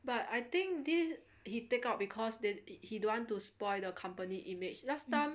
but I think this he take out because he don't want to spoil the company image last time